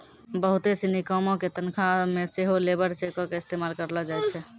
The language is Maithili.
बहुते सिनी कामो के तनखा मे सेहो लेबर चेको के इस्तेमाल करलो जाय छै